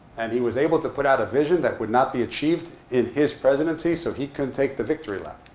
and he was able to put out a vision that would not be achieved in his presidency so he couldn't take the victory lap.